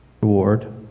reward